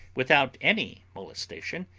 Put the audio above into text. without any molestation,